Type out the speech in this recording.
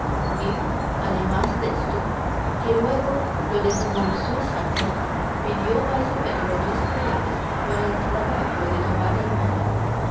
y además desto que luego lo desembolsó sancho pidió maese pedro dos reales por el trabajo de tomar el mono